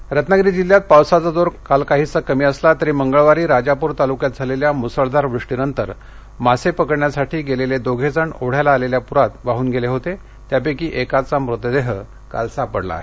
रत्नागिरी रत्नागिरी जिल्ह्यात पावसाचा जोर काल काहीसा कमी असला तरी मंगळवारी राजापूर तालुक्यात झालेल्या मुसळधार वृष्टीनंतर मासे पकडण्यासाठी गेलेले दोघे जण ओढ्याला आलेल्या पुरात वाङून गेले होते त्यापैकी एकाचा मृतदेह काल सापडला आहे